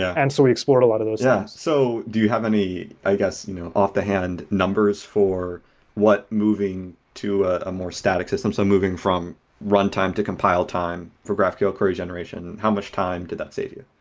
and so we explored a lot of those things. yeah so do you have any, i guess, you know off the hand numbers for what moving to a more static system. so moving from runtime to compile time for graphql query generation, how much time did that save you?